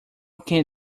can